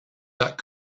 that